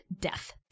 Death